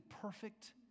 perfect